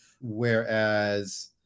whereas